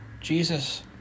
Jesus